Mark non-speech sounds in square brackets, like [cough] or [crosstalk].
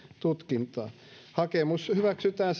tutkintaa ja hakemus hyväksytään [unintelligible]